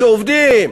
שעובדים.